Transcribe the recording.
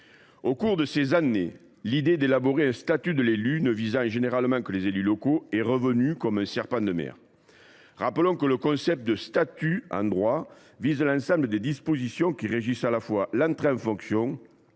Ces dernières années, l’idée d’élaborer un statut de l’élu propre aux élus locaux est revenue comme un serpent de mer. Rappelons que le concept de statut, en droit, vise l’ensemble des dispositions qui régissent à la fois l’entrée en fonction,